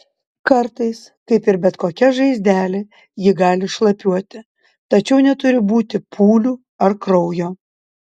kartais kaip ir bet kokia žaizdelė ji gali šlapiuoti tačiau neturi būti pūlių ar kraujo